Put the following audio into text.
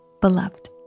beloved